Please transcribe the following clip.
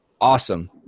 awesome